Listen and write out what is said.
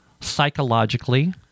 psychologically